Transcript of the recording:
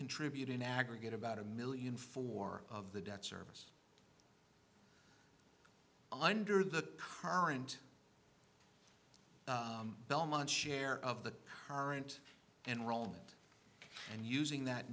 contribute in aggregate about a million four of the debt service under the current belmont share of the current and relevant and using that